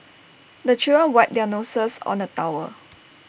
the children wipe their noses on the towel